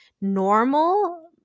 Normal